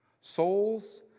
Souls